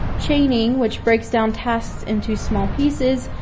chaining, which breaks down tasks into small pieces,